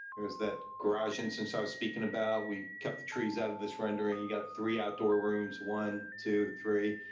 there's that garage instance i was speaking about. we kept the trees out of this rendering. you've got three outdoor rooms one, two, three.